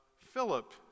Philip